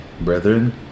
Brethren